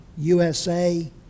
USA